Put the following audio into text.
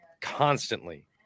constantly